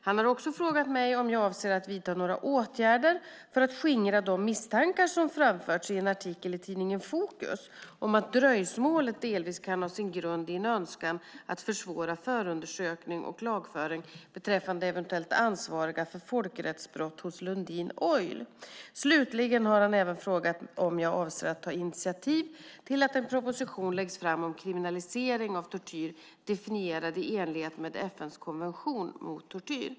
Han har också frågat mig om jag avser att vidta några åtgärder för att skingra de misstankar som framförts i en artikel i tidningen Fokus om att dröjsmålet delvis kan ha sin grund i en önskan att försvåra förundersökning och lagföring beträffande eventuellt ansvariga för folkrättsbrott hos Lundin Oil. Slutligen har han även frågat om jag avser att ta initiativ till att en proposition läggs fram om kriminalisering av tortyr definierad i enlighet med FN:s konvention mot tortyr.